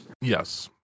Yes